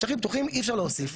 שטחים פתוחים אי אפשר להוסיף,